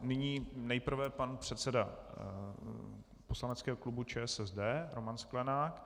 Nyní nejprve pan předseda poslaneckého klubu ČSSD Roman Sklenák.